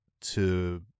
to-